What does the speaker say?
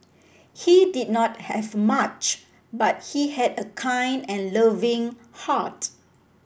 he did not have much but he had a kind and loving heart